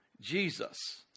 Jesus